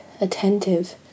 attentive